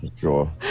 sure